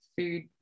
food